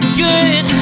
good